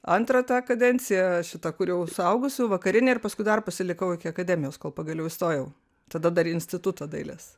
antrą kadenciją šitą kur jau suaugusių vakarinė ir paskui dar pasilikau iki akademijos kol pagaliau įstojau tada dar į institutą dailės